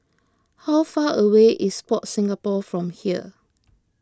how far away is Sport Singapore from here